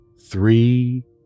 three